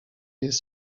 jest